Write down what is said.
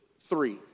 three